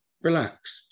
relaxed